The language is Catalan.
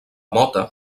mota